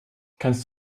kannst